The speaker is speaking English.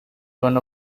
one